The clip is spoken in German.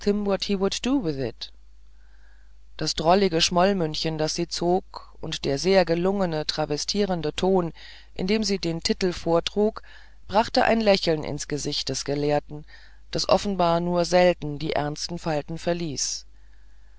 das drollige schmollmündchen das sie zog und der sehr gelungene travestierende ton in dem sie den titel vortrug brachte ein lächeln ins gesicht des gelehrten das offenbar nur selten die ernsten falten verließ